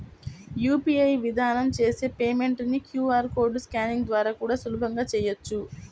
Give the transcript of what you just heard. UPI విధానం చేసే payment ని క్యూ.ఆర్ కోడ్ స్కానింగ్ ద్వారా కూడా సులభంగా చెయ్యొచ్చు